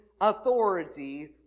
authority